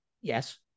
Yes